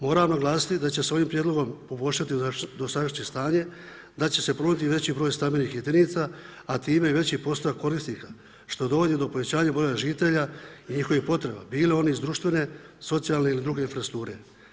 Moram naglasiti da će se ovim prijedlogom poboljšati dosadašnje stanje, da se će ponuditi veći broj stambenih jedinica a time i veći postotak korisnika što dovodi do povećanja broja žitelja i njihovih potreba bile one iz društvene, socijalne ili druge infrastrukture.